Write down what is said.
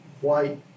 white